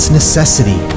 necessity